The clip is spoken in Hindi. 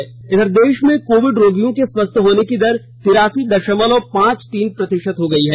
देश कोविड देश में कोविड रोगियों के स्वस्थ होने की दर तिरासी दशमलव पांच तीन प्रतिशत हो गई है